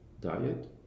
diet